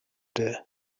the